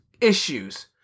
issues